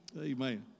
Amen